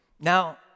Now